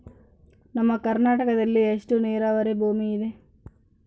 ನಮ್ಮ ಕರ್ನಾಟಕದಲ್ಲಿ ಎಷ್ಟು ನೇರಾವರಿ ಭೂಮಿ ಇದೆ?